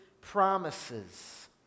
promises